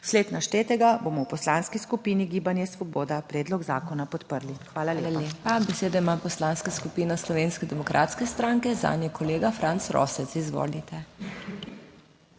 sled naštetega bomo v Poslanski skupini Gibanje Svoboda predlog zakona podprli.